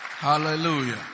Hallelujah